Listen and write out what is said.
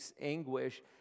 anguish